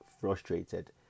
frustrated